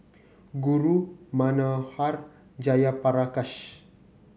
Guru Manohar Jayaprakash